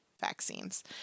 vaccines